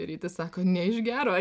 rytis sako ne iš gero